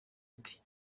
ati